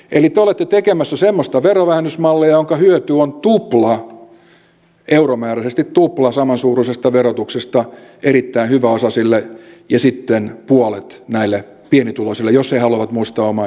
eli te olette tekemässä semmoista verovähennysmallia jonka hyöty on euromääräisesti tupla samansuuruisesta verotuksesta erittäin hyväosaisille ja sitten puolet näille pienituloisille jos he haluavat muistaa omaa yliopistoansa